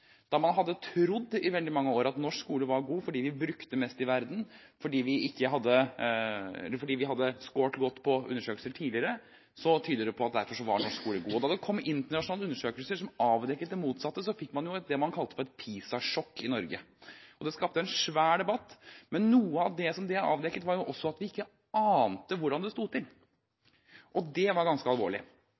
Man hadde trodd i veldig mange år at norsk skole var god, fordi vi brukte mest i verden, og fordi vi hadde scoret godt på undersøkelser tidligere. Det tydet derfor på at norsk skole var god. Da det kom internasjonale undersøkelser som avdekket det motsatte, fikk man det man kalte for et PISA-sjokk i Norge. Det skapte en svær debatt. Men noe av det som det avdekket, var også at vi ikke ante hvordan det sto til, og det var ganske alvorlig.